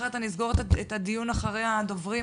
אחרת אני אסגור את הדיון אחרי הדוברים.